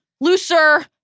looser